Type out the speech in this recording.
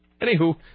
Anywho